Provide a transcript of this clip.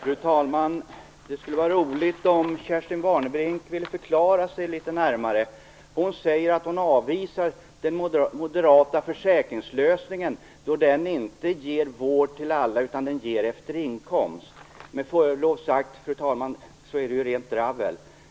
Fru talman! Det skulle vara roligt om Kerstin Warnerbring ville förklara sig litet närmare. Hon säger att hon avvisar den moderata försäkringslösningen då den inte ger vård till alla utan ger vård efter inkomst. Med förlov sagt, fru talman, är det rent dravel.